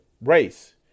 race